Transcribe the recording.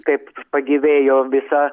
kaip pagyvėjo visa